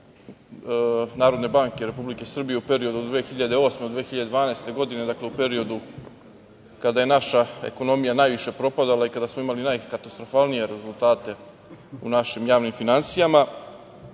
Šoškić bivši guverner NBS u periodu od 2008. godine do 2012. godine, dakle u periodu kada je naša ekonomija najviše propadala i kada smo imali najkatastrofalnije rezultate u našim javnim finansijama.